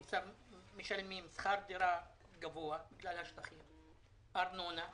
שמשלמים שכר דירה גבוה בגלל השטחים וארנונה,